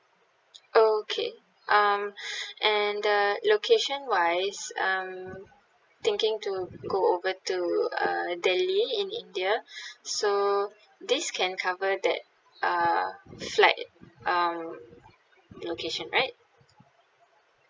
okay um and the location wise I'm thinking to go over to uh delhi in india so this can cover that uh flight uh location right